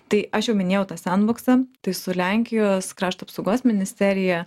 tai aš jau minėjau tą sendboksą tai su lenkijos krašto apsaugos ministerija